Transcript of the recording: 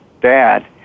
Dad